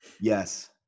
yes